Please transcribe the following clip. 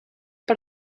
per